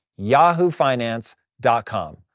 yahoofinance.com